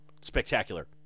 spectacular